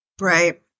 right